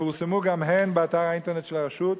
יפורסמו גם הן באתר האינטרנט של הרשות,